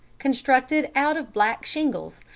constructed out of black shingles,